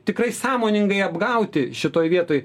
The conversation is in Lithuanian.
tikrai sąmoningai apgauti šitoj vietoj